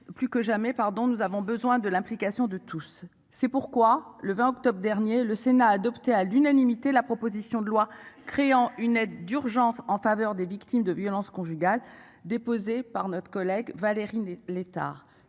plus que jamais par dont nous avons besoin de la. Application de tous. C'est pourquoi le 20 octobre dernier, le Sénat a adopté à l'unanimité la proposition de loi créant une aide d'urgence en faveur des victimes de violences conjugales déposée par notre collègue Valérie Létard